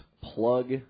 plug